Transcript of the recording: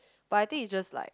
but I think it's just like